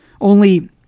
Only